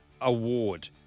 Award